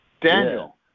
Daniel